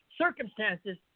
Circumstances